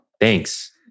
thanks